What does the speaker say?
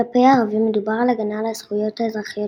כלפי הערבים מדובר על הגנה על הזכויות "האזרחיות